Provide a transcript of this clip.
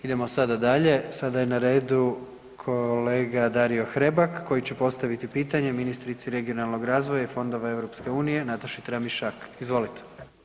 Idemo sada dalje, sada je na redu kolega Dario Hrebak koji će postaviti pitanje ministrici regionalnog razvoja i fondova EU Nataši Tramišak, izvolite.